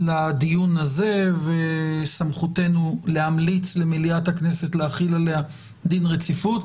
לדיון הזה וסמכותנו להמליץ למליאת הכנסת להחיל עליה דין רציפות.